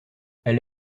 elle